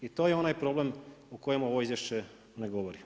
I to je onaj problem o kojemu ovo izvješće ne govori.